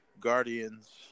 guardians